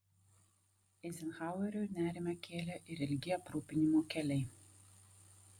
eizenhaueriui nerimą kėlė ir ilgi aprūpinimo keliai